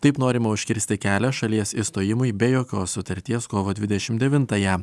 taip norima užkirsti kelią šalies išstojimui be jokios sutarties kovo dvidešimt devintąją